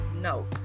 no